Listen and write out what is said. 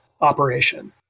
operation